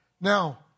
Now